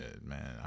man